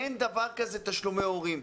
אין דבר כזה תשלומי הורים.